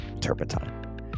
Turpentine